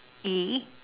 E